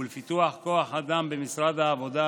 ולפיתוח כוח האדם במשרד העבודה,